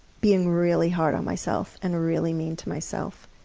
being really hard on myself, and really mean to myself,